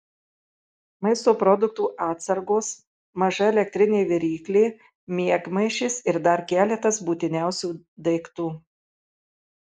maisto produktų atsargos maža elektrinė viryklė miegmaišis ir dar keletas būtiniausių daiktų